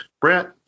Brent